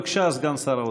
בבקשה, סגן שר האוצר.